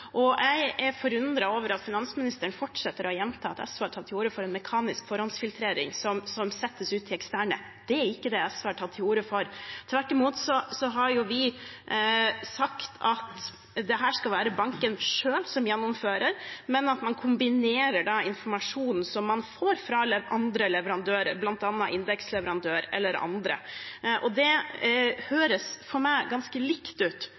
Jeg er forundret over at finansministeren fortsetter å gjenta at SV har tatt til orde for en mekanisk forhåndsfiltrering som settes ut til eksterne. Det er ikke det SV har tatt til orde for. Tvert imot har vi sagt at dette skal det være banken selv som gjennomfører, men at man kombinerer informasjonen som man får fra andre leverandører, bl.a. indeksleverandør eller andre. Det høres for meg ganske likt ut